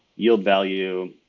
yield value,